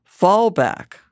fallback